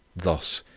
thus,